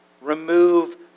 remove